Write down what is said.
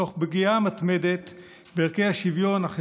תוך פגיעה מתמדת בערכי השוויון, החירות,